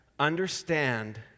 Understand